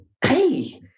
hey